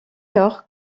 lors